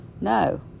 no